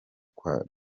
kwa